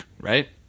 right